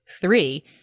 three